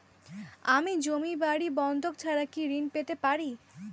আমি জমি বাড়ি বন্ধক ছাড়া কি ঋণ পেতে পারি?